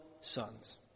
sons